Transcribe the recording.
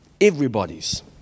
Everybody's